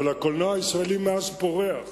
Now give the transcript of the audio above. אבל הקולנוע הישראלי מאז פורח